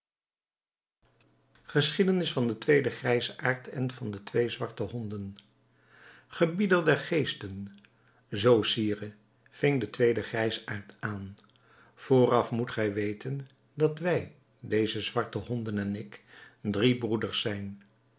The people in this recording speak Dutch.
geschiedenis van den tweeden grijsaard en van de twee zwarte honden gebieder der geesten zoo sire ving de tweede grijsaard aan vooraf moet gij weten dat wij deze zwarte honden en ik drie broeders zijn